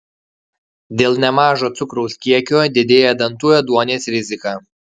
dėl nemažo cukraus kiekio didėja dantų ėduonies rizika